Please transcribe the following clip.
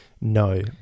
No